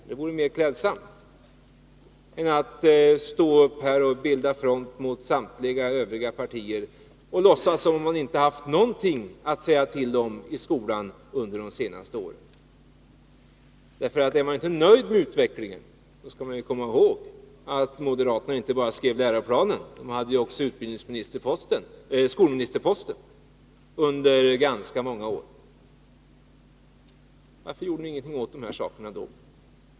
Det vore mer klädsamt än att stå upp och bilda front mot samtliga övriga partier och låtsas som om man inte haft någonting att säga till om i skolan under de senaste åren. Är man inte nöjd med utvecklingen, skall man komma ihåg att moderaterna inte bara skrev läroplanen — de hade också skolministerposten under ganska många år. Varför gjorde ni ingenting åt de här sakerna då?